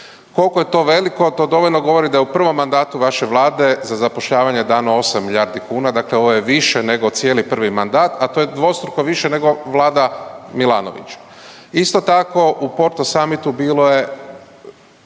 Kolko je to veliko to dovoljno govori da je u prvom mandatu vaše vlade za zapošljavanje dano 8 milijardi kuna, dakle ovo je više nego cijeli prvi mandat, a to je dvostruko više nego vlada Milanovića. Isto tako u Porto samitu bilo je,